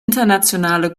internationale